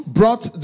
brought